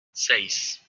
seis